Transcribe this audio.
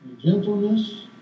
Gentleness